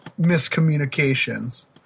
miscommunications